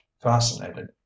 fascinated